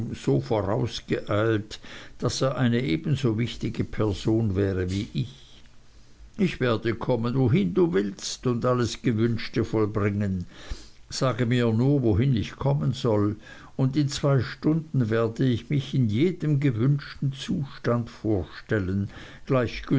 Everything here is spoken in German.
so voraus geeilt daß er eine ebenso wichtige person wäre wie ich ich werde kommen wohin du willst und alles gewünschte vollbringen sage mir nur wohin ich kommen soll und in zwei stunden werde ich mich in jedem gewünschten zustand vorstellen